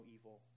evil